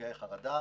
בנפגעי חרדה,